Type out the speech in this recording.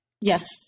Yes